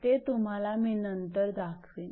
ते तुम्हाला मी नंतर दाखविण